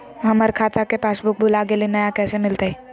हमर खाता के पासबुक भुला गेलई, नया कैसे मिलतई?